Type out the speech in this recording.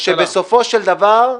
שבסופו של דבר,